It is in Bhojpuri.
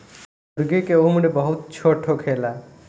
मूर्गी के उम्र बहुत छोट होखेला